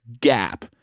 gap